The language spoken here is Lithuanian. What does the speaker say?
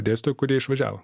dėstytojų kurie išvažiavo